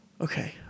Okay